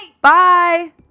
Bye